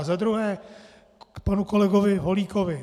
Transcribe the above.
Za druhé k panu kolegovi Holíkovi.